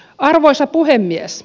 arvoisa puhemies